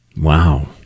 Wow